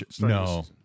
No